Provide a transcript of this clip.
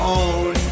own